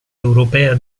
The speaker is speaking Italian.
europea